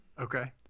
Okay